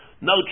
No